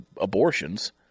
abortions